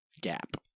gap